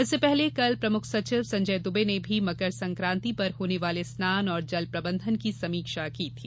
इससे पहले कल प्रमुख सचिव संजय दुबे ने भी मकर संकान्ति पर होने वाले स्नान और जल प्रबंधन की समीक्षा की थी